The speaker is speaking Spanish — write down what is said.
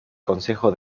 consejo